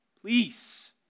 Please